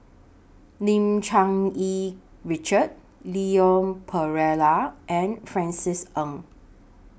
Lim Cherng Yih Richard Leon Perera and Francis Ng